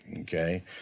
okay